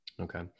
Okay